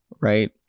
right